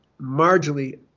marginally